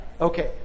Okay